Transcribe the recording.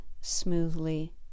smoothly